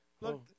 Look